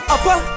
Upper